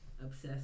obsessed